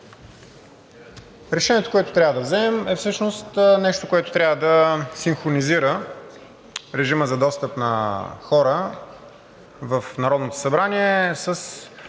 Решението, което трябва да вземем, е всъщност нещо, което трябва да синхронизира режимът за достъп на хора в Народното събрание, с